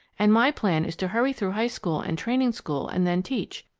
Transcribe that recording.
and my plan is to hurry through high school and training-school and then teach,